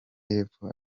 y’epfo